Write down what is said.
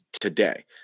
today